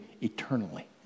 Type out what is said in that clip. eternally